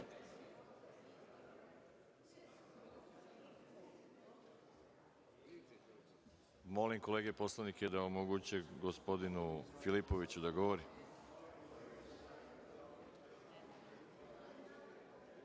Molim kolege da omoguće gospodinu Filipoviću da govori.